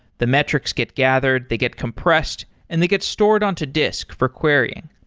the metrics get gathered, they get compressed and they get stored onto disk for querying,